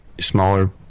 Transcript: smaller